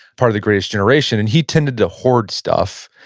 part of the greatest generation, and he tended to hoard stuff.